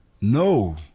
No